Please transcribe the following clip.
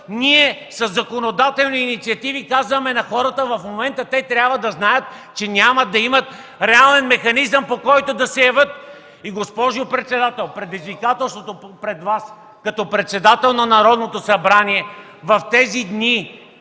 ние със законодателни инициативи казваме на хората в момента, те трябва да знаят, че няма да имат реален механизъм, по който да се явят. И, госпожо председател, предизвикателството пред Вас като председател на Народното събрание в тези дни,